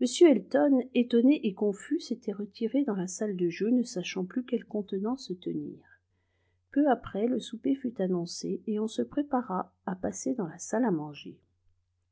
m elton étonné et confus s'était retiré dans la salle de jeu ne sachant plus quelle contenance tenir peu après le souper fut annoncé et on se prépara à passer dans la salle à manger